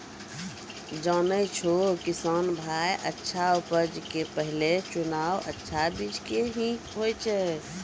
जानै छौ किसान भाय अच्छा उपज के पहलो चुनाव अच्छा बीज के हीं होय छै